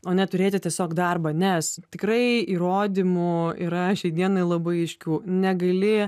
o ne turėti tiesiog darbą nes tikrai įrodymų yra šiai dienai labai aiškių negali